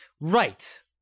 Right